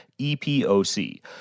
EPOC